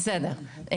בסדר,